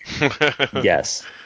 yes